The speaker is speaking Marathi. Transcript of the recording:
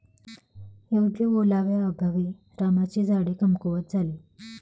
योग्य ओलाव्याअभावी रामाची झाडे कमकुवत झाली